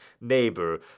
neighbor